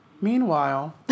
Meanwhile